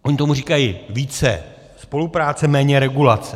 Oni tomu říkají více spolupráce, méně regulace.